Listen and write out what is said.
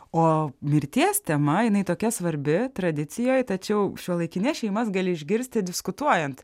o mirties tema jinai tokia svarbi tradicijoj tačiau šiuolaikines šeimas gali išgirsti diskutuojant